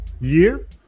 year